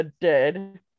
dead